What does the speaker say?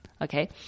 Okay